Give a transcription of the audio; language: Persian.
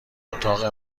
اتاق